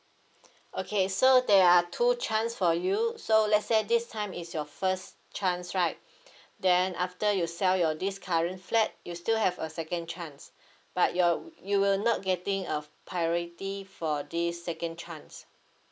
okay so there are two chance for you so let's say this time is your first chance right then after you sell your this current flat you still have a second chance but your you will not getting a priority for this second chance